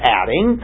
adding